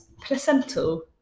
placental